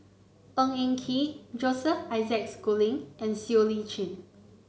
Ng Eng Kee Joseph Isaac Schooling and Siow Lee Chin